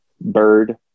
bird